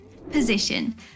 Position